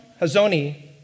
Hazoni